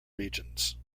regions